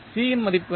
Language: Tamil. C இன் மதிப்பு என்ன